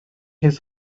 his